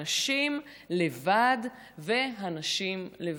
האנשים לבד והנשים לבד.